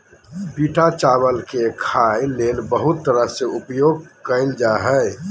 पिटा चावल के खाय ले बहुत तरह से उपयोग कइल जा हइ